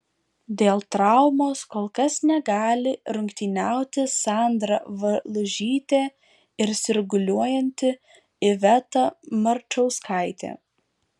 dėl traumos kol kas negali rungtyniauti sandra valužytė ir sirguliuojanti iveta marčauskaitė